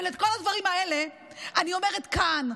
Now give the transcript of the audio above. אבל את כל הדברים האלה אני אומרת כאן,